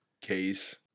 Case